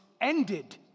ended